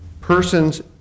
persons